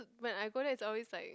when I go there is always like